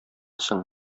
соң